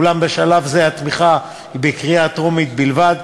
אולם בשלב זה התמיכה היא בקריאה טרומית בלבד,